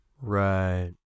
Right